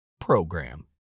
program